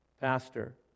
pastor